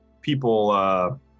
people